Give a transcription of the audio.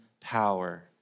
power